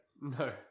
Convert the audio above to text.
no